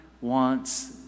wants